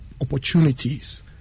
opportunities